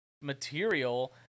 material